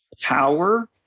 power